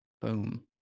Boom